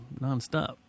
nonstop